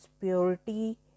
purity